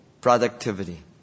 productivity